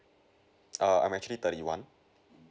uh I'm actually thirty one